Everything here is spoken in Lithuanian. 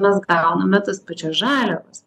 mes gauname tas pačias žaliavas